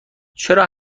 چرا